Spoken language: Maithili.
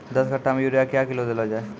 दस कट्ठा मे यूरिया क्या किलो देलो जाय?